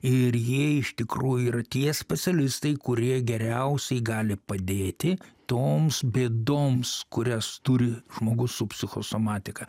ir jie iš tikrųjų yra tie specialistai kurie geriausiai gali padėti toms bėdoms kurias turi žmogus su psichosomatika